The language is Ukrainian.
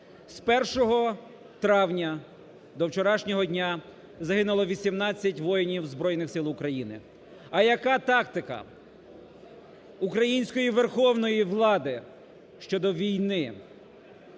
травня до вчорашнього дня загинуло 18 воїнів Збройних Сил України. А яка тактика української верховної влади щодо війни?